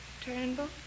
Turnbull